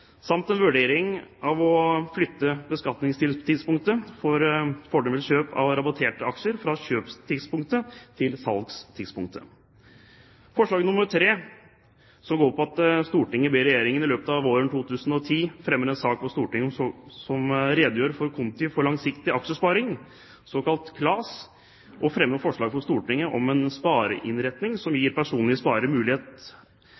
samt en vurdering av å flytte beskatningstidspunktet for fordelen ved kjøp av rabatterte aksjer fra kjøpstidspunktet til salgstidspunktet.» Forslag nr. 3 lyder: «Stortinget ber Regjeringen i løpet av våren 2010 fremme en sak for Stortinget som redegjør for Konti for Langsiktig Aksjesparing og fremme forslag for Stortinget om en spareinnretning som